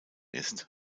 ist